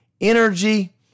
energy